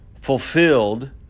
fulfilled